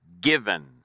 given